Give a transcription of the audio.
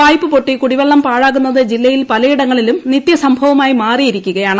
pipe പൊട്ടി കുടിവെള്ളം പാഴാകുന്നത് ജില്ലയിൽ പലയിടങ്ങളിലും നിത്യസംഭവമായി മാറിയിരിക്കുകയാണ്